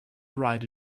write